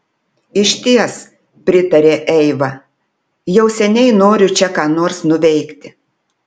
išties pritarė eiva jau seniai noriu čia ką nors nuveikti